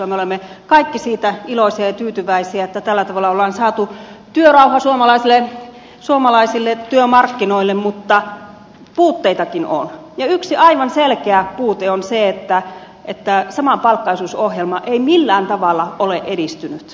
me olemme kaikki siitä iloisia ja tyytyväisiä että tällä tavalla on saatu työrauha suomalaisille työmarkkinoille mutta puutteitakin on ja yksi aivan selkeä puute on se että samapalkkaisuusohjelma ei millään tavalla ole edistynyt